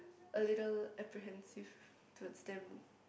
a little apprehensive towards them